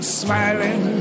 smiling